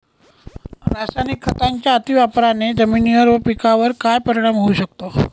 रासायनिक खतांच्या अतिवापराने जमिनीवर व पिकावर काय परिणाम होऊ शकतो?